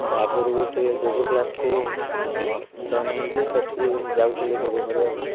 ମୁଁ ଆଗରୁ ଗୋଟିଏ ଯୋଗ କ୍ଲାସ୍କୁ ମୁଁ ଜଏନ୍ ହେଇକି ସେଠିକି ଯାଉଥିଲି ଯୋଗ କରିବାକୁ